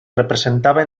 representaba